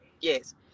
yes